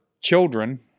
children